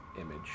image